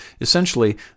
Essentially